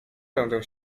będę